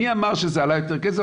מי אמר שזה עלה יותר כסף?